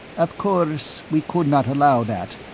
of courrrse we could not allow that,